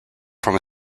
from